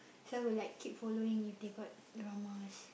so I would like keep following if they got dramas